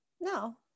No